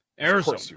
arizona